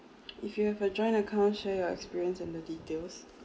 if you have a joint account share your experience and the details